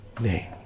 name